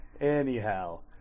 Anyhow